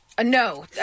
No